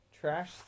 Trash